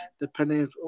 depending –